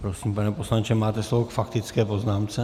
Prosím, pane poslanče, máte slovo k faktické poznámce.